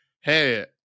hey